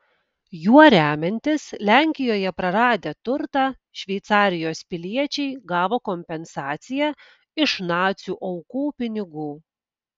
juo remiantis lenkijoje praradę turtą šveicarijos piliečiai gavo kompensaciją iš nacių aukų pinigų